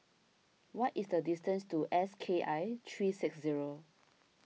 what is the distance to S K I three six zero